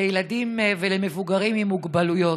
לילדים ולמבוגרים עם מוגבלויות.